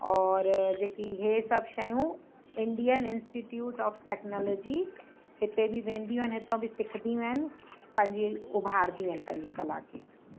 और जेकी इहे सभु शयूं इंडियन इंस्टिट्यूट ऑफ टैक्नोलॉजी हिते बि वेंदियूं आहिनि हितां बि सिखंदियूं आहिनि पंहिंजे उभारंदी आहिनि पंहिंजी कला खे